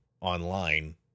online